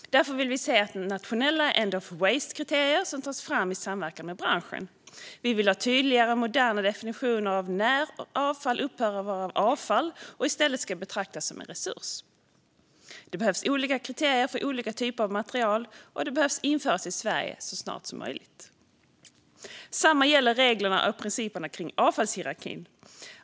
Därför vill vi att nationella end of waste-kriterier tas fram i samverkan med branschen. Vi vill ha tydligare och moderna definitioner av när avfall upphör att vara avfall och i stället ska betraktas som en resurs. Det behövs olika kriterier för olika typer av material. Detta behöver införas i Sverige så snart som möjligt. Detsamma gäller reglerna och principerna för avfallshierarkin.